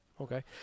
okay